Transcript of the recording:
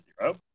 zero